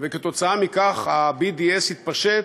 ובעקבות זאת ה-BDS התפשט,